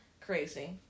crazy